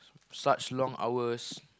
such long hours